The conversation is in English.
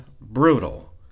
brutal